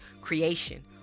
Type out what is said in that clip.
creation